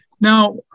Now